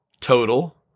total